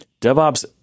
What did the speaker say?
DevOps